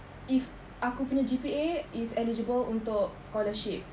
if aku punya G_P_A is eligible untuk scholarship